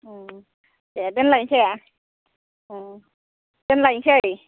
ओं दे दोनलायनोसै ओं दोनलायनोसै